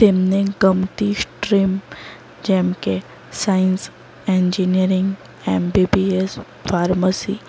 તેમને ગમતી સ્ટ્રીમ જેમકે સાયન્સ એન્જીનીયરીંગ એમબીબીએસ ફાર્મસી